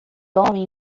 dormem